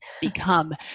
become